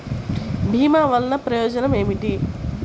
భీమ వల్లన ప్రయోజనం ఏమిటి?